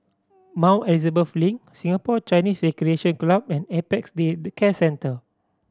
Mount Elizabeth Link Singapore Chinese Recreation Club and Apex Day Care Centre